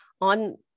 on